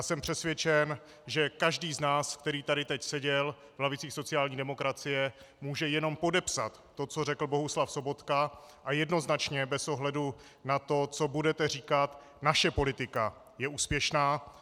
Jsem přesvědčen, že každý z nás, který tady teď seděl v lavicích sociální demokracie, může jenom podepsat to, co řekl Bohuslav Sobotka, a jednoznačně bez ohledu na to, co budete říkat, naše politika je úspěšná.